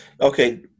Okay